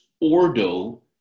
ordo